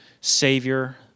Savior